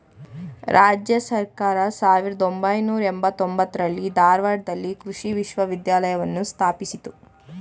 ರಾಜ್ಯ ಸರ್ಕಾರ ಸಾವಿರ್ದ ಒಂಬೈನೂರ ಎಂಬತ್ತಾರರಲ್ಲಿ ಧಾರವಾಡದಲ್ಲಿ ಕೃಷಿ ವಿಶ್ವವಿದ್ಯಾಲಯವನ್ನು ಸ್ಥಾಪಿಸಿತು